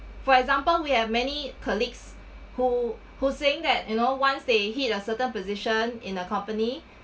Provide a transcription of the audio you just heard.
for example we have many colleagues who who saying that you know once they hit a certain position in a company